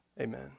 Amen